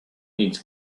needed